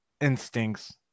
instincts